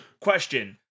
Question